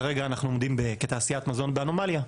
כרגע אנחנו עומדים כתעשיית מזון באנומליה.